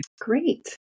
Great